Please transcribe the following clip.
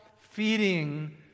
feeding